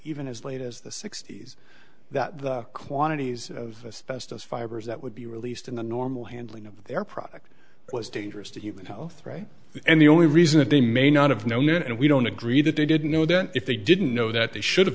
even as late as the sixty's that the quantities of best as fibers that would be released in the normal handling of their product was dangerous to human health right and the only reason that they may not have known and we don't agree that they didn't know then if they didn't know that they should have